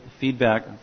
feedback